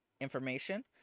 information